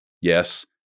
Yes